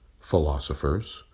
philosophers